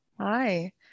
Hi